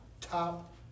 top